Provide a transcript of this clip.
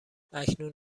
اکنون